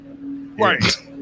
Right